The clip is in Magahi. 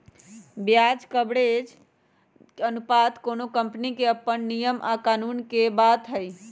ब्याज कवरेज अनुपात कोनो कंपनी के अप्पन नियम आ कानून के बात हई